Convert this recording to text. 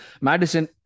Madison